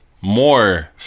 more